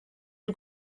y’u